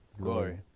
Glory